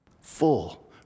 Full